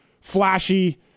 flashy